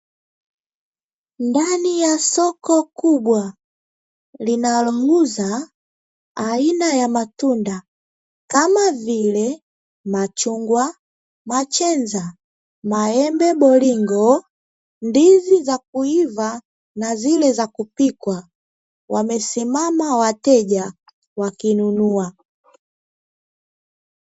Ndani ya soko kubwa linalouza aina ya matunda kama vile machungwa, matchenza, maembe boroingo, ndizi za kuiva na zile za kupikwa wamesimama wateja wakininunua.